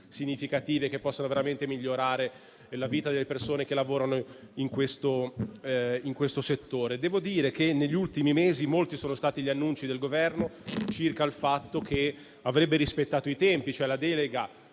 significative che possono veramente migliorare la vita delle persone che lavorano in questo settore. Negli ultimi mesi molti sono stati gli annunci del Governo circa il fatto che avrebbe rispettato i tempi. La delega